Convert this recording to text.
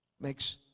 makes